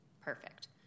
perfect